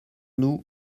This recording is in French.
nous